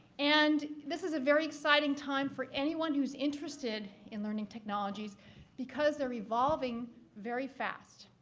and this is a very exciting time for anyone who's interested in learning technologies because they're evolving very fast.